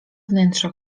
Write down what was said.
wnętrza